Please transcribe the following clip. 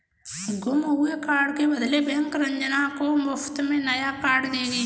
गुम हुए कार्ड के बदले बैंक रंजना को मुफ्त में नया कार्ड देगी